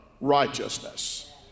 RIGHTEOUSNESS